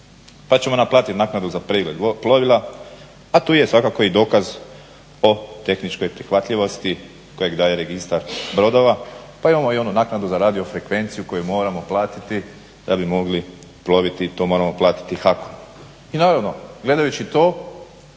pa ćemo naplatiti naknadu za pregled plovila, a tu je svakako i dokaz o tehničkoj prihvatljivosti kojeg daje registar brodova, pa imamo i onu naknadu za radio frekvenciju koju moramo platiti da bi mogli ploviti to moramo platiti HAK-u. I naravno gledajući to